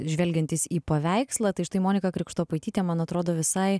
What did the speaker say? žvelgiantis į paveikslą tai štai monika krikštopaitytė man atrodo visai